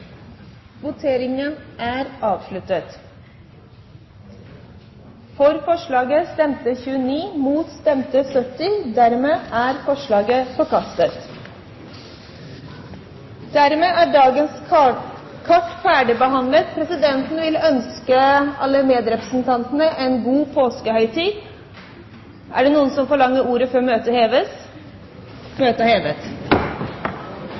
Dermed er dagens kart ferdigbehandlet. Presidenten vil ønske alle medrepresentantene en god påskehøytid. Er det så noen som forlanger ordet før møtet heves?